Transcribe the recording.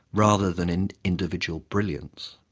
rather than in individual brilliance.